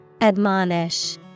Admonish